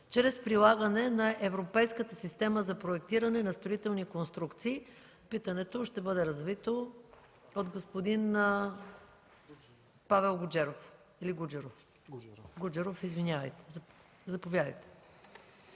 чрез прилагане на Европейската система за проектиране на строителни конструкции“. Питането ще бъде развито от господин Павел Гуджеров.